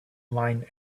line